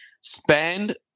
spend